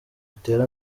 itere